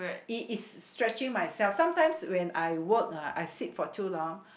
it is stretching myself sometimes when I work ah I sit for too long